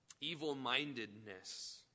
evil-mindedness